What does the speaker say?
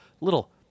little